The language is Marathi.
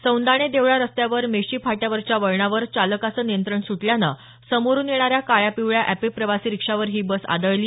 सौंदाणे देवळा रस्त्यावर मेशी फाट्यावरच्या वळणावर चालकाचं नियंत्रण सुटल्यानं समोरून येणाऱ्या काळ्यापिवळ्या अॅपे प्रवासी रिक्षावर ही बस आदळली